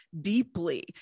deeply